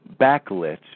backlit